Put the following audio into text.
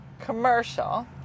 commercial